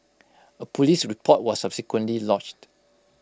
A Police report was subsequently lodged